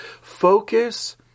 Focus